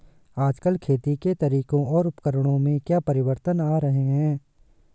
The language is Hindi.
आजकल खेती के तरीकों और उपकरणों में क्या परिवर्तन आ रहें हैं?